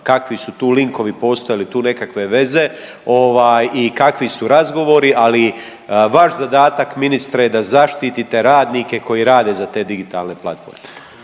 kakvi su tu linkovi postojali, tu nekakve veze, ovaj i kakvi su razgovori, ali vaš zadatak ministre je da zaštitite radnike koji rade za te digitalne platforme.